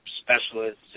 specialists